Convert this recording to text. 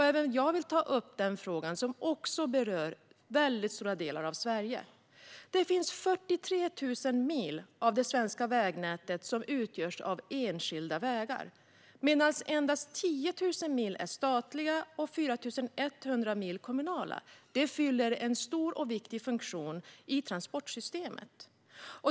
Även jag vill ta upp den frågan, som berör väldigt stora delar av Sverige. Av det svenska vägnätet utgörs 43 000 mil av enskilda vägar, medan endast 10 000 mil är statliga och 4 100 mil är kommunala. De fyller en stor och viktig funktion i transportsystemet.